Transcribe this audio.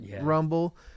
Rumble